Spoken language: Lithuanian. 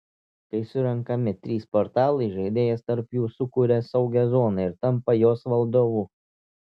kai surenkami trys portalai žaidėjas tarp jų sukuria saugią zoną ir tampa jos valdovu